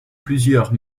plusieurs